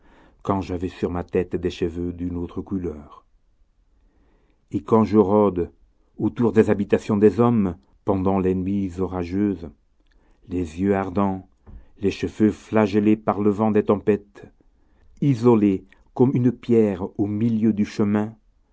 quand j'avais sur ma tête des cheveux d'une autre couleur et quand je rôde autour des habitations des hommes pendant les nuits orageuses les yeux ardents les cheveux flagellés par le vent des tempêtes isolé comme une pierre au milieu du chemin